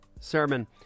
sermon